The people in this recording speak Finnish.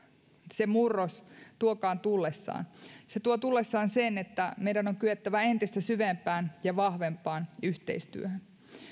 se murros tuokaan tullessaan se tuo tullessaan sen että meidän on kyettävä entistä syvempään ja vahvempaan yhteistyöhön